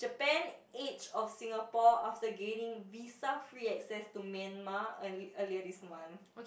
Japan edge off Singapore after gaining visa free access to Myanmar ear~ earlier this month